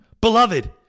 Beloved